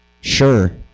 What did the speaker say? Sure